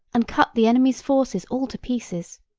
and cut the enemy's forces all to pieces.